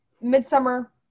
Midsummer